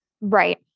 Right